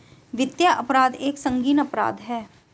वित्तीय अपराध एक संगीन अपराध है